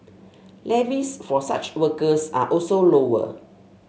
levies for such workers are also lower